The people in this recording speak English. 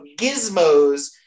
gizmos